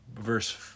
verse